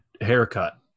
haircut